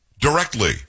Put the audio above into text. directly